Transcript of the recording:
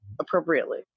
appropriately